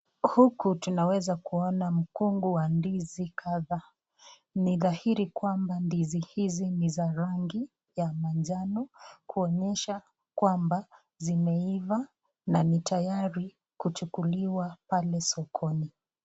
Huku tunaweza kuona mkungu wa ndizi kadhaa, ni dhairi kwamba ndizi hizi ni za rangi ya manjano kuonyesha kwamba zimeiva na ni tayari kuchukuliwa pale sokoni.